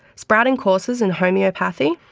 sprouting courses in homeopathy,